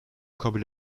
kabul